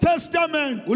Testament